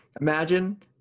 imagine –